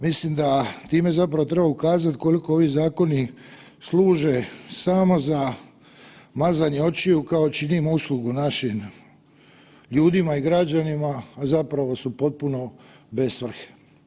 Mislim da time zapravo treba ukazati koliko ovi zakoni služe samo za mazanje očiju, kao činimo uslugu našim ljudima i građanima, a zapravo su potpuno bez svrhe.